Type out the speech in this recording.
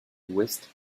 west